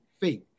faith